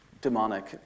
demonic